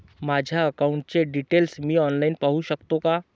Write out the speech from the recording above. माझ्या अकाउंटचे डिटेल्स मी ऑनलाईन पाहू शकतो का?